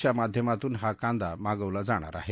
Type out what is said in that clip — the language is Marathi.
च्या माध्यमातून हा कांदा मागवला जाणार आहे